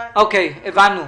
הבנו.